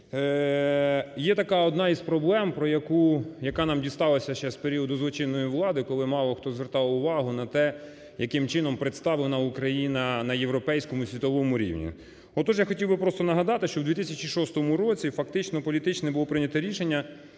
Є така одна із проблем, про яку, яка нам дісталася ще з періоду злочинної влади, коли мало хто звертав увагу на те, яким чином представлена Україна на європейському світовому рівні. Отож я хотів би просто нагадати, що в 2006 році фактично політичне було прийняте рішення